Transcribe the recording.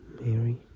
Mary